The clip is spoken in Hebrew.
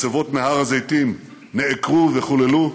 מצבות מהר הזיתים נעקרו וחוללו.